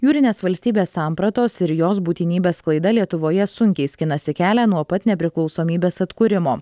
jūrinės valstybės sampratos ir jos būtinybės sklaida lietuvoje sunkiai skinasi kelią nuo pat nepriklausomybės atkūrimo